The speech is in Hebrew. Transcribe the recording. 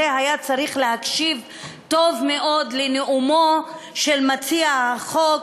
היה צריך להקשיב טוב מאוד לנאומו של מציע החוק,